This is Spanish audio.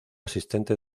asistente